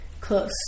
close